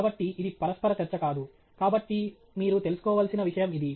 కాబట్టి ఇది పరస్పర చర్చ కాదు కాబట్టి మీరు తెలుసుకోవలసిన విషయం ఇది